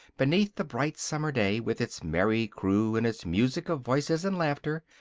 beneath the bright summer-day, with its merry crew and its music of voices and laughter,